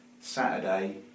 Saturday